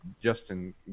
Justin